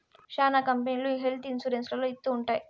శ్యానా కంపెనీలు health insurance లలో ఇత్తూ ఉంటాయి